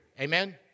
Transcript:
amen